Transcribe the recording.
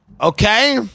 Okay